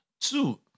Two